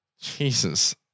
Jesus